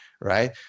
right